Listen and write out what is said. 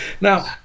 Now